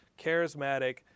Charismatic